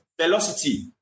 velocity